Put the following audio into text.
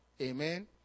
Amen